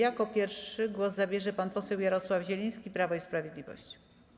Jako pierwszy głos zabierze pan poseł Jarosław Zieliński, Prawo i Sprawiedliwość.